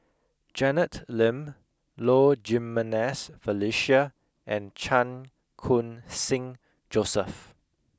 Janet Lim Low Jimenez Felicia and Chan Khun Sing Joseph